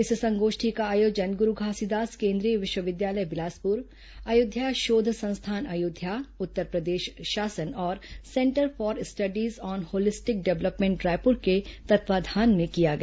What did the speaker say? इस संगोष्ठी का आयोजन गुरू घासीदास केंद्रीय विश्वविद्यालय बिलासपुर अयोध्या शोध संस्थान अयोध्या उत्तरप्रदेश शासन और centre for studies on holistic development Raipur के तत्वावधान में किया गया